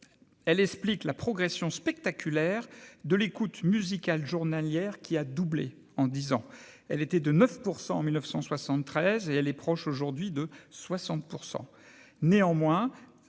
elle expliquent la progression spectaculaire de l'écoute musicale journalière qui a doublé en 10 ans, elle était de 9 % en 1973 et elle est proche aujourd'hui de 60